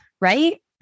right